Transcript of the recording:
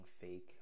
fake